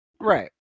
right